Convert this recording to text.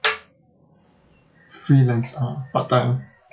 freelance ah part time ah